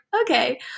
Okay